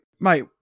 mate